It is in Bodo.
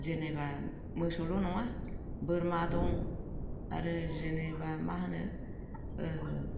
जेन'बा मोसौल' नङा बोरमा दं आरो जेन'बा मा होनो